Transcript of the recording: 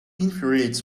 infuriates